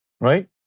right